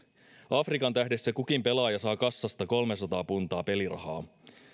afrikan tähdessä kukin pelaaja saa kassasta kolmesataa puntaa pelirahaa